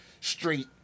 straight